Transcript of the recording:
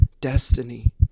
destiny